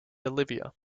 olivia